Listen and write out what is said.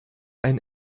ein